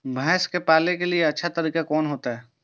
भैंस के पाले के अच्छा तरीका कोन होते?